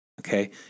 Okay